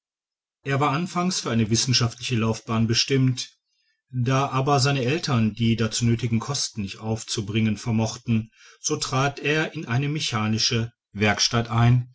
er war anfangs für eine wissenschaftliche laufbahn bestimmt da aber seine eltern die dazu nöthigen kosten nicht aufzubringen vermochten so trat er in eine mechanische werkstätte ein